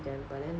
them but then